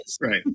Right